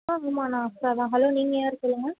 hello நீங்கள் யார் சொல்லுங்கள்